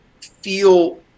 feel